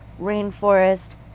rainforest